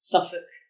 Suffolk